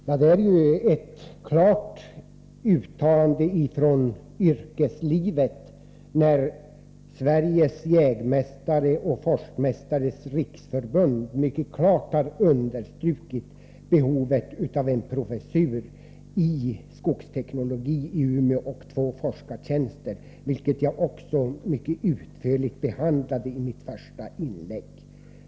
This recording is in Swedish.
Herr talman! Det är ett mycket klart uttalande från yrkeslivet när Sveriges Jägmästares och Forstmästares riksförbund har understrukit behovet av en professur i skogsteknologi i Umeå och två forskartjänster. Jag behandlade detta mycket utförligt i mitt första inlägg.